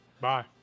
bye